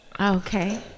Okay